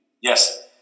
Yes